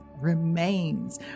remains